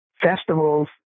festivals